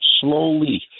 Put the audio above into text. slowly